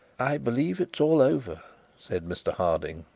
i believe it's all over said mr harding,